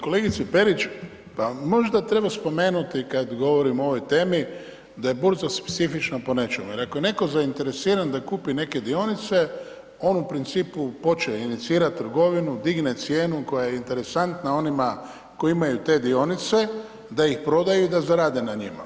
Kolegice Perić, pa možda treba spomenuti kada govorimo o ovoj temi da je burza specifična po nečemu jer ako je neko zainteresiran da kupi neke dionice on principu počeo je inicirati trgovinu, digne cijenu koja je interesantna onima koji imaju te dionice da ih prodaju i da zarade na njima.